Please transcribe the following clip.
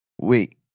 wait